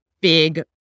big